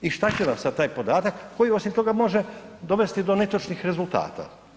I šta će vam sad taj podatak koji osim toga može dovesti do netočnih rezultata?